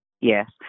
Yes